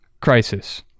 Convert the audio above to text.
crisis